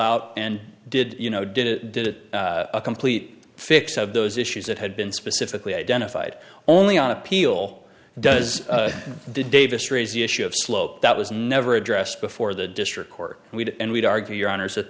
out and did you know did it did it a complete fix of those issues that had been specifically identified only on appeal does the davis raise the issue of slope that was never addressed before the district court and we did and we'd argue your honour's that